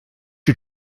you